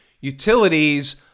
Utilities